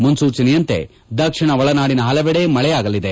ಮುನ್ನೂಚನೆಯಂತೆ ದಕ್ಷಿಣ ಒಳನಾಡಿನ ಹಲವೆಡೆ ಮಳೆಯಾಗಲಿದೆ